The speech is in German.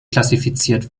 klassifiziert